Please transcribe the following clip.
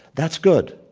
that's good.